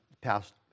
passed